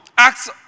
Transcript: Acts